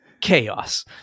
chaos